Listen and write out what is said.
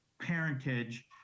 parentage